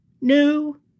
New